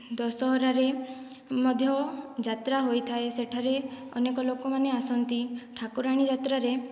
ଦଶହରାରେ ମଧ୍ୟ ଯାତ୍ରା ହୋଇଥାଏ ସେଠାରେ ଅନେକ ଲୋକମାନେ ଆସନ୍ତି ଠାକୁରାଣୀ ଯାତ୍ରାରେ